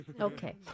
Okay